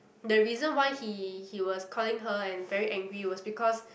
the reason why he he was calling her and very angry was because